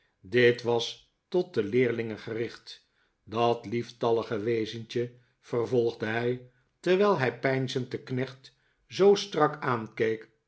dit was tot de leerlinge gericht dat lieftallige wezentje vervolgde hij terwijl hij peinzend den knecht zoo strak aankeek